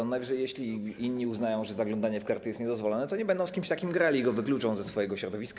Najwyżej jeśli inni uznają, że zaglądanie w karty jest niedozwolone, to nie będą z kimś takim grali i go wykluczą ze swojego środowiska.